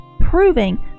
proving